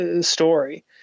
story